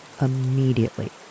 immediately